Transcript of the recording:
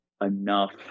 enough